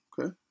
Okay